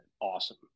Awesome